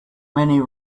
many